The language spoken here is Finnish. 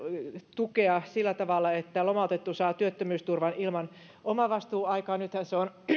tukea sillä tavalla että lomautettu saa työttömyysturvan ilman omavastuuaikaa nythän tämä omavastuu on